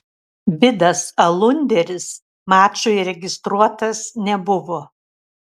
vidas alunderis mačui registruotas nebuvo